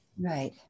Right